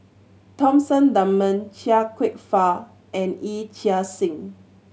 Thomas Dunman Chia Kwek Fah and Yee Chia Hsing